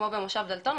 כמו במושב דלתון,